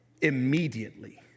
Immediately